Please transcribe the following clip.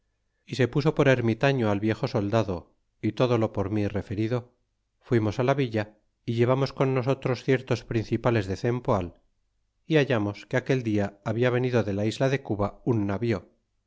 y le puso por ermitaño a viejo soldado y todo lo por mí referido fuimos á la villa y llevamos con nosotros ciertos principales de cempoal y hallamos que aquel dia habla venido de la isla de cuba un navío